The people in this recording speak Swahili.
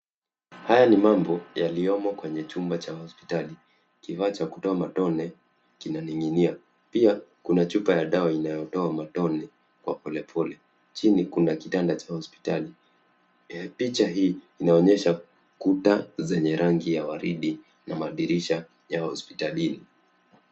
Haya ni mambo yaliyomo kwenye chumba cha hospitali. Kifaa cha kutoa matone kinaning'inia. Pia, kuna chupa ya dawa inayotoa matone kwa polepole. Chini, kuna kitanda cha hospitali. Picha hii inaonyesha kuta zenye rangi ya waridi na madirisha ya hospitalini.